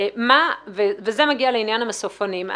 וזה מגיע לעניין המסופונים.